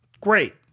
Great